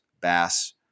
bass